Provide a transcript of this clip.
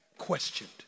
questioned